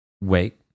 Wait